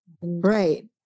Right